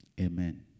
Amen